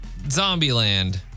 Zombieland